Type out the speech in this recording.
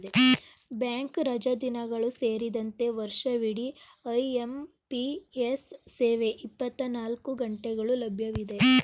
bank ರಜಾದಿನಗಳು ಸೇರಿದಂತೆ ವರ್ಷವಿಡಿ ಐ.ಎಂ.ಪಿ.ಎಸ್ ಸೇವೆ ಇಪ್ಪತ್ತನಾಲ್ಕು ಗಂಟೆಗಳು ಲಭ್ಯವಿದೆ